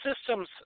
systems